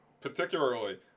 Particularly